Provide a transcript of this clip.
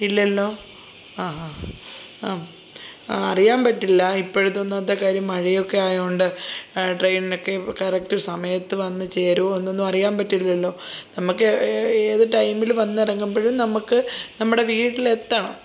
ഇല്ലല്ലോ ആ ആ ആ ആ അറിയാൻ പറ്റില്ല ഇപ്പോഴത്തെ ഒന്നാമത്തെ കാര്യം മഴയൊക്കെ ആയതുകൊണ്ട് ട്രെയിനിനൊക്കെ കറക്ട് സമയത്ത് വന്നു ചേരുമോ എന്നൊന്നും അറിയാൻ പറ്റില്ലല്ലോ നമുക്ക് ഏത് ടൈമിൽ വന്നിറങ്ങുമ്പോഴും നമുക്ക് നമ്മുടെ വീട്ടിലെത്തണം